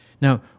Now